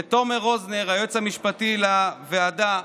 לתומר רוזנר, היועץ המשפטי לוועדה,